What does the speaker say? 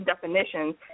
definitions